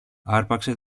άρπαξε